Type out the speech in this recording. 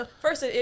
First